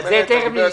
היא אומרת שזה נמצא.